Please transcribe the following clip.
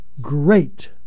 great